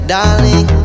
Darling